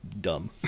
dumb